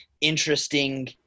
interesting